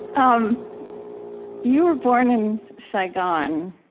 um you were born in saigon,